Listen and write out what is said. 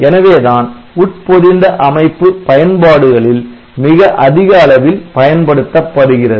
எனவே தான் உட்பொதிந்த அமைப்பு பயன்பாடுகளில் மிக அதிக அளவில் பயன்படுத்தப்படுகிறது